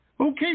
Okay